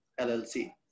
LLC